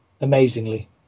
amazingly